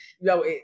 No